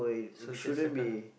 so just circle lah